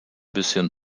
bisschen